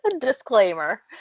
Disclaimer